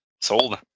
sold